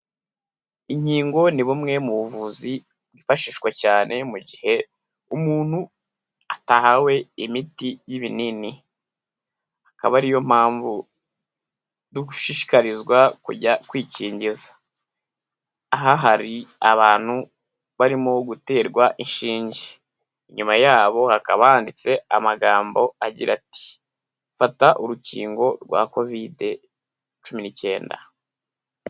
Inkingo ni bumwe mu buvuzi bwifashishwa cyane mu gihe umuntu atahawe imiti y'ibinini. Akaba ariyo mpamvu dushishikarizwa kujya kwikingiza. Aha hari abantu barimo guterwa inshinge. Inyuma yabo hakaba handitse amagambo agira ati: "fata urukingo rwa covid cumi n'icyenda"